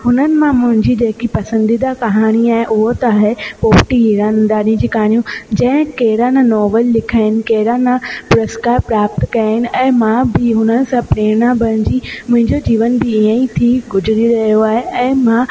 हुननि मां मुंहिंजी जेका पसंदीदा कहाणी आहे उहो त आहे पोपटी हीरानंदाणीअ जूं कहाणियूं जे कहिड़ा न नॉवल लिखिया आहिनि कहिड़ा न पुरस्कार प्राप्त कया आहिनि ऐं मां बि हुन सां प्रेरणा बणिजी मुंहिंजो जीवन बि इयं ई थी गुज़री रहियो आहे ऐं मां